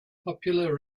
popular